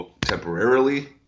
temporarily –